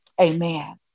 Amen